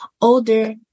older